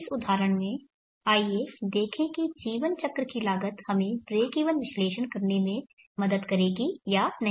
इस उदाहरण में आइए देखें कि जीवनचक्र की लागत हमें ब्रेक इवन विश्लेषण करने में मदद करेगी या नहीं